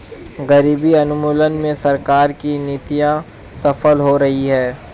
गरीबी उन्मूलन में सरकार की नीतियां सफल हो रही हैं